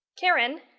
Karen